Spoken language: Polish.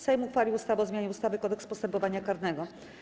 Sejm uchwalił ustawę o zmianie ustawy Kodeks postępowania karnego.